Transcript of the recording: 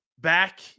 back